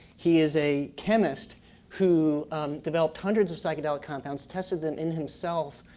he is a chemist who developed hundreds of psychedelic compounds, tested them in himself,